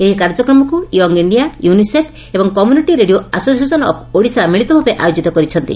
ଏହି କାର୍ଯ୍ୟକ୍ରମକୁ young India UNICEF ଏବଂ community radio association of Odisha ମିଳିତ ଭାବେ ଆୟୋଜିତ କରିଛନ୍ତି